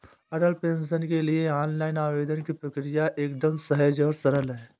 अटल pension के लिए online आवेदन की प्रक्रिया एकदम सहज और सरल है